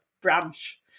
branch